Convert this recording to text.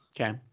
Okay